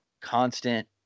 constant